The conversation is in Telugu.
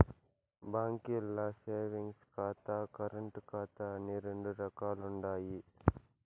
బాంకీల్ల సేవింగ్స్ ఖాతా, కరెంటు ఖాతా అని రెండు రకాలుండాయి